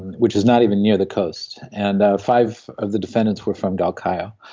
which is not even near the coast. and ah five of the defendants were from galkayo.